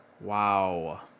Wow